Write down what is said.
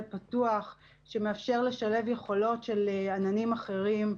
פתוח שמאפשר לשלב יכולות של עננים אחרים.